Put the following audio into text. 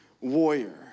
warrior